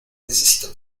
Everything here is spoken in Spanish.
necesito